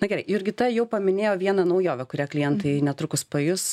na gerai jurgita jau paminėjo vieną naujovę kurią klientai netrukus pajus